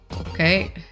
Okay